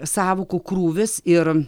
sąvokų krūvis ir